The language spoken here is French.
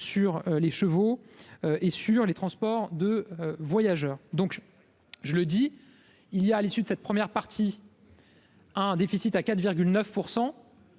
sur les chevaux et sur les transports de voyageurs, donc je, je le dis, il y a, à l'issue de cette première partie. Un déficit à 4,9